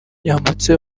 yambutse